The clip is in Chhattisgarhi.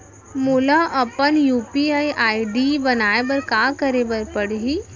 मोला अपन यू.पी.आई आई.डी बनाए बर का करे पड़ही?